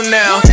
now